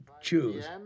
choose